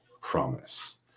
promise